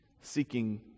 seeking